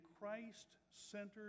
Christ-centered